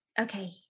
Okay